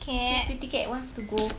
see pretty cat wants to go